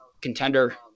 contender